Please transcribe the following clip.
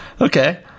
okay